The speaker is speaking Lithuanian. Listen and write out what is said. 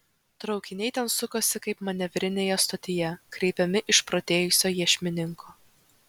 traukiniai ten sukosi kaip manevrinėje stotyje kreipiami išprotėjusio iešmininko